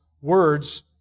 words